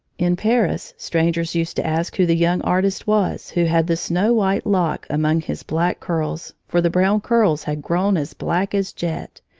in paris strangers used to ask who the young artist was who had the snow-white lock among his black curls, for the brown curls had grown as black as jet,